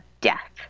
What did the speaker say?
death